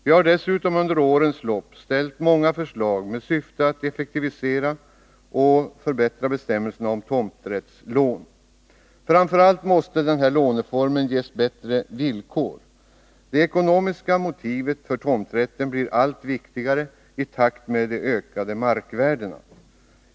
Vi har dessutom under årens lopp ställt många förslag med syfte att effektivisera och förbättra bestämmelserna om tomträttslån. Framför allt måste denna låneform ges bättre villkor. Det ekonomiska motivet för tomträtten blir allt viktigare i takt med de ökade markvärdena.